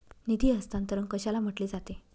निधी हस्तांतरण कशाला म्हटले जाते?